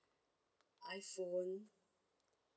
iPhone